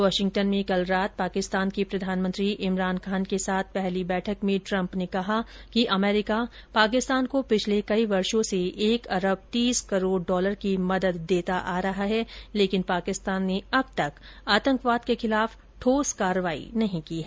Washington में कल रात पाकिस्तान के प्रधानमंत्री इमरान खान के साथ पहली बैठक में ट्रम्प ने कहा कि अमरीका पाकिस्तान को पिछले कई वर्षो से एक अरब तीस करोड़ डॉलर की मदद देता आ रहा है लेकिन पाकिस्तान ने अब तक आतंकवाद के खिलाफ ठोस कार्रवाई नहीं की है